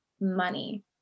money